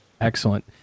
Excellent